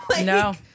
No